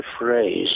phrase